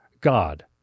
God